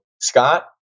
Scott